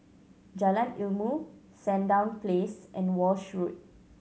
Jalan Ilmu Sandown Place and Walshe Road